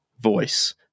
voice